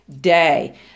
day